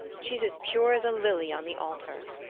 she's as pure as a lily on the altar!